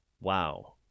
wow